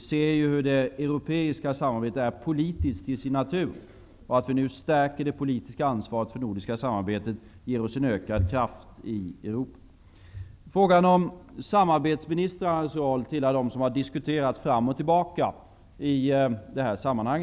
Det europeiska samarbetet är politiskt till sin natur. Att vi nu stärker det politiska ansvaret för det nordiska samarbetet ger oss en ökad kraft i Europa. Frågan om samarbetsministrarnas roll hör till dem som har diskuterats fram och tillbaka i detta sammanhang.